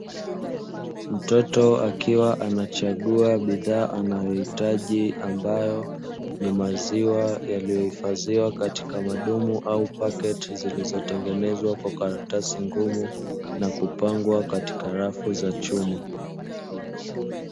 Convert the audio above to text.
Mtoto akiwa anachagua bidhaa anayohitaji ambayo ni maziwa yaliyohifadhiwa katika madumu, paketi zilizotengenezwa kwa karatasi ngumu na kuoangwa karika rafu za chuma.